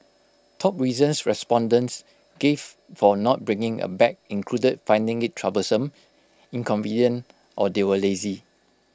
top reasons respondents gave for not bringing A bag included finding IT troublesome inconvenient or they were lazy